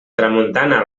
tramuntana